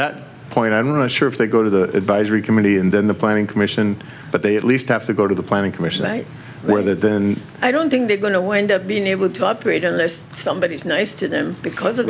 that point i'm not sure if they go to the advisory committee and then the planning commission but they at least have to go to the planning commission where then i don't think they're going to wind up being able to operate unless somebody is nice to them because